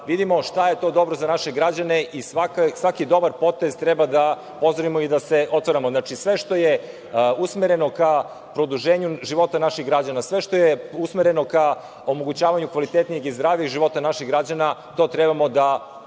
vidimo šta je to dobro za naše građane. Svaki dobar potez treba da pozdravimo i da se otvaramo. Znači, sve što je usmereno ka produženju života naših građana, sve što je usmereno ka omogućavanju kvalitetnijeg i zdravijeg života našeg građanina, to treba da ovde